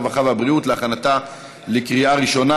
הרווחה והבריאות להכנתה לקריאה ראשונה.